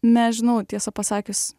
nežinau tiesą pasakius